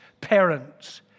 parents